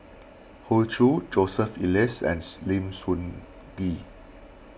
Hoey Choo Joseph Elias and Lim Sun Gee